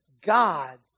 God